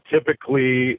Typically